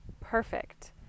perfect